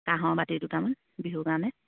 কাঁহৰ বাতি দুটামান বিহুৰ কাৰণে